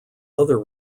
other